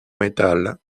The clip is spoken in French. metal